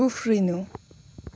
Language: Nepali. उफ्रिनु